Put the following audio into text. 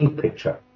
picture